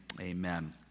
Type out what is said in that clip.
Amen